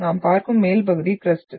நாம் பார்க்கும் மேல் பகுதி க்ரஸ்ட்